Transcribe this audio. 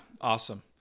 awesome